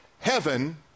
heaven